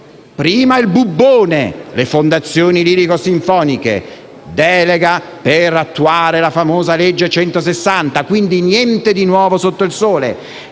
Prima il bubbone, le fondazioni lirico-sinfoniche: delega per attuare la famosa legge n. 160, quindi niente di nuovo sotto il sole.